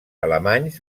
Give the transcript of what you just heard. alemanys